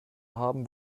haben